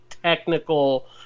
technical